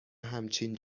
همچین